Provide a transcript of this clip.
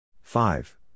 Five